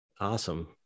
Awesome